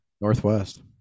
Northwest